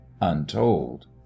untold